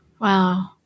Wow